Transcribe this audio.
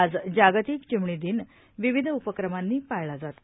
आज जागतिक चिमणी दिन विविध उपक्रमानी पाळला जात आहे